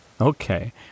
Okay